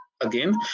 again